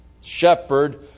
shepherd